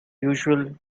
usual